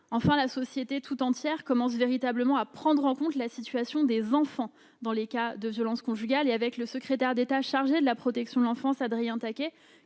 Enfin, la société tout entière commence véritablement à prendre en compte la situation des enfants dans les cas de violences conjugales. Avec le secrétaire d'État chargé de la protection de l'enfance, Adrien Taquet,